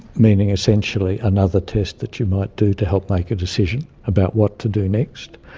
meaning essentially another test that you might do to help make a decision about what to do next.